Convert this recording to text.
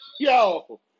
Yo